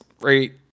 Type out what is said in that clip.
great